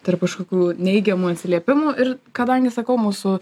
tarp kažkokių neigiamų atsiliepimų ir kadangi sakau mūsų